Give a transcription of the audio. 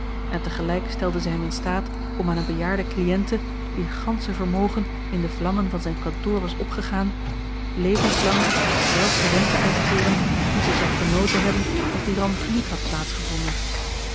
en tegelijk stelden zij hem in staat om aan eene bejaarde cliënte wier gansche vermogen in de vlammen van zijn kantoor was opgegaan levenslang dezelfde rente uit te keeren die zij zou genoten hebben als die ramp niet had